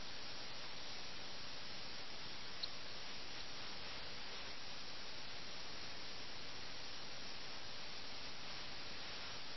അവർ കുറ്റവാളികളെപ്പോലെ കള്ളന്മാരെയും വഞ്ചകരെയും പോലെ പെരുമാറുന്നു കാരണം അവർ രാജാവിന്റെ ആളുകളെ കാണാതിരിക്കാൻ ആഗ്രഹിക്കുന്നു അത് ഒരു കുറ്റവാളിയുടെ മനോഭാവമാണ്